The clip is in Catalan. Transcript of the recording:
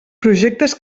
projectes